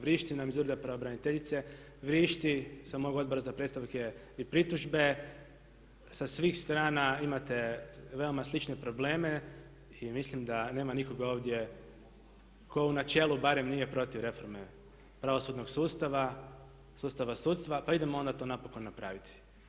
Vrišti nam iz ureda pravobraniteljice, vrišti sa mog odbora za predstavke i pritužbe, sa svih strana imate veoma slične probleme i mislim da nema nikoga ovdje tko u načelu barem nije protiv reforme pravosudnog sustava, sustava sudstva pa idemo onda napokon to napraviti.